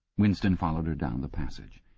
winston followed her down the passage.